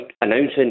announcing